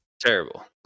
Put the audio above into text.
Terrible